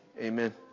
Amen